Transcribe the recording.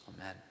Amen